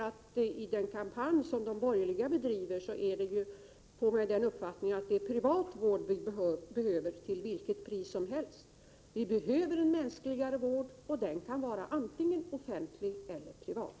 Av den kampanj som de borgerliga driver får man uppfattningen att det är privat vård vi behöver till vilket pris som helst. Vi behöver en mänskligare vård, och den kan vara antingen offentlig eller privat.